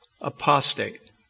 apostate